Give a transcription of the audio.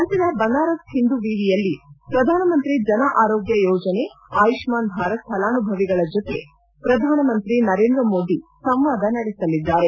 ನಂತರ ಬನಾರಸ್ ಹಿಂದೂ ವಿವಿಯಲ್ಲಿ ಪ್ರಧಾನಮಂತ್ರಿ ಜನ ಆರೋಗ್ಟ ಯೋಜನೆ ಆಯುಷ್ನಾನ್ ಭಾರತ್ ಫಲಾನುಭವಿಗಳ ಜತೆ ಪ್ರಧಾನಿ ನರೇಂದ್ರ ಮೋದಿ ಸಂವಾದ ನಡೆಸಲಿದ್ದಾರೆ